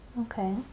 Okay